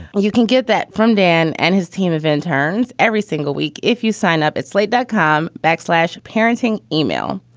you can get that from dan and his team of interns every single week. if you sign up at slate, dot com backslash, parenting email,